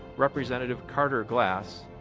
representative carter glass,